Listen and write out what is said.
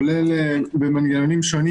כולל במנגנונים שונים.